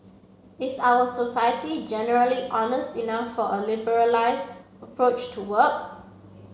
is our society generally honest enough for a liberalised approach to work